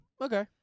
Okay